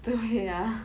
对 ah